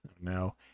No